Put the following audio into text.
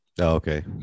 okay